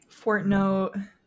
Fortnite